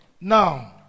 Now